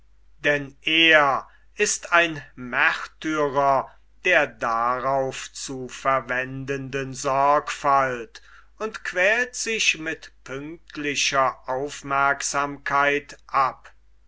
denn er ist ein märtyrer der darauf zu verwendenden sorgfalt und quält sich mit pünktlicher aufmerksamkeit ab